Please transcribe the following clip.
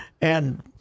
And-